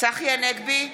צחי הנגבי,